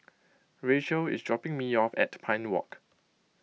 Rachael is dropping me off at Pine Walk